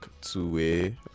two-way